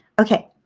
okay,